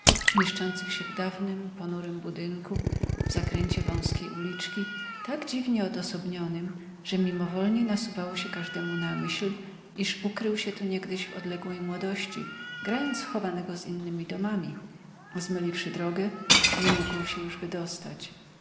mieszczących się w dawnym ponurym budynku w zakręcie wązkiej uliczki tak dziwnie odosobnionym że mimowolnie nasuwało się każdemu na myśl iż ukrył się tu niegdyś w odległej młodości grając w chowanego z innymi domami a zmyliwszy drogę nie mógł się już wydostać